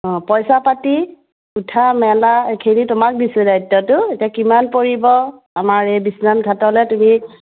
অঁ পইচা পাতি উঠা মেলা এইখিনি তোমাক দিছে দায়িত্বটো এতিয়া কিমান পৰিব আমাৰ এই বিশ্বনাথ ঘাটলৈ তুমি